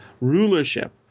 rulership